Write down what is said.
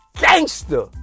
gangster